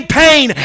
pain